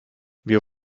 wir